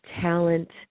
talent